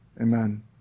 Amen